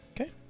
Okay